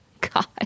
God